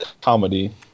comedy